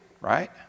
right